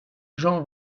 jean